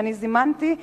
שאני זימנתי,